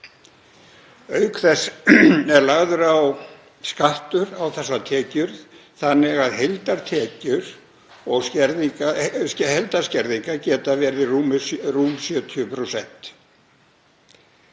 Auk þess er lagður skattur á þessar tekjur þannig að heildarskerðingar geta verið rúm 70%.